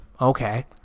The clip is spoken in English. okay